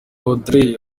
audrey